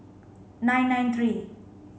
nine nine three